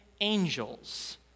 angels